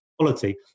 quality